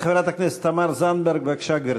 חברת הכנסת תמר זנדברג, בבקשה, גברתי.